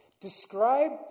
describe